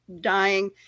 dying